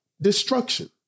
destruction